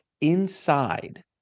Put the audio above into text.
inside